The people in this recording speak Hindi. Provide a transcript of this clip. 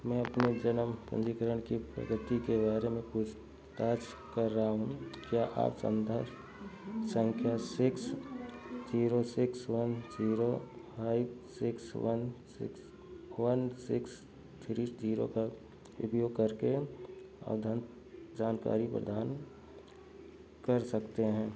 मैं अपने जन् पंजीकरण की प्रगति के बारे में पूछताछ कर रहा हूँ क्या आप संख्या six zero six one zero six one six one six three zero five उपयोग करके जानकारी प्रदान कर सकते हैं